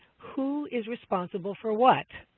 who is responsible for what.